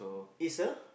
is a